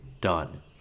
done